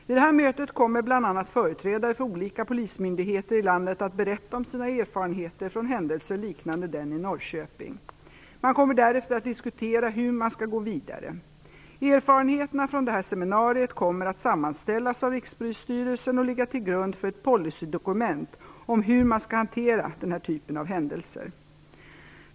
Vid det mötet kommer bl.a. företrädare för olika polismyndigheter i landet att berätta om sina erfarenheter från händelser liknande den i Norrköping. Man kommer därefter att diskutera hur man skall gå vidare. Erfarenheterna från detta seminarium kommer att sammanställas av Rikspolisstyrelsen och ligga till grund för ett policydokument om hur man skall hantera den här typen av händelser.